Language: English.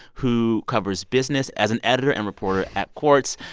who covers business as an editor and reporter at quartz.